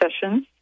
sessions